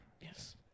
Yes